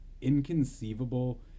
inconceivable